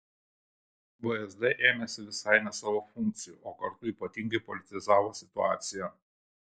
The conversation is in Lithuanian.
vsd ėmėsi visai ne savo funkcijų o kartu ypatingai politizavo situaciją